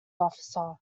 officer